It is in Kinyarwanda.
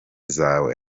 zawe